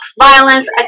violence